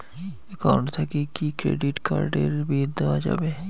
Account থাকি কি credit card এর বিল দেওয়া যাবে?